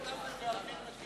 ההסתייגות השנייה של חברי הכנסת